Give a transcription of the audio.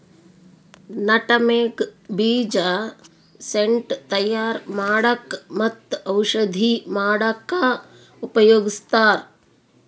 nutmeg ಬೀಜ scent ತಯಾರ್ ಮಾಡಕ್ಕ್ ಮತ್ತ್ ಔಷಧಿ ಮಾಡಕ್ಕಾ ಉಪಯೋಗಸ್ತಾರ್